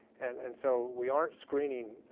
and and so we aren't screening,